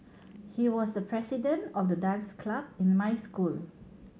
he was the president of the dance club in my school